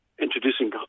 introducing